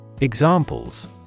Examples